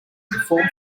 perform